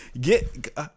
Get